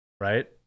right